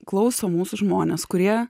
klauso mūsų žmonės kurie